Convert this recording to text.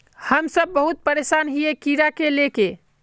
हम सब बहुत परेशान हिये कीड़ा के ले के?